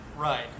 Right